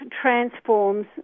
transforms